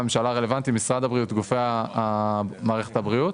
מערכת הבריאות.